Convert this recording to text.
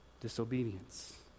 disobedience